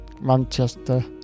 Manchester